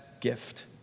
gift